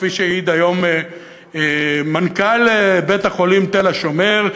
כפי שהעיד היום מנכ"ל בית-החולים תל-השומר,